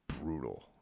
brutal